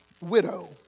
Widow